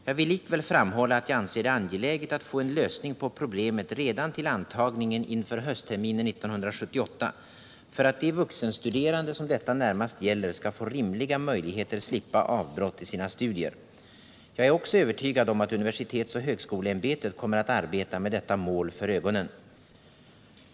Jag vill likväl framhålla att jag anser det angeläget att få en lösning på problemet redan till antagningen inför höstterminen 1978, för att de vuxenstuderande, som detta närmast gäller, skall få rimliga möjligheter att slippa avbrott i sina studier. Jag är också övertygad om att universitetsoch högskoleämbetet kommer att arbeta med detta mål för ögonen.